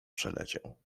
przeleciał